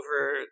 over